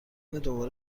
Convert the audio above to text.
دوباره